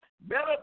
Better